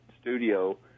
studio